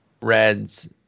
Reds